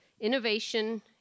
innovation